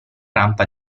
rampa